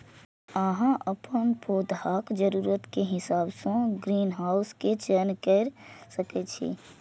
अहां अपन पौधाक जरूरत के हिसाब सं ग्रीनहाउस के चयन कैर सकै छी